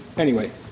anyway,